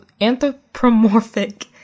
anthropomorphic